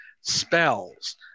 spells